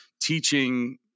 teaching